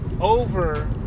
over